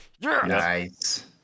nice